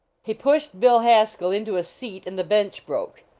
he pushed bill haskell into a seat and the bench broke.